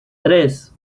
tres